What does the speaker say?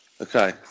Okay